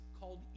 called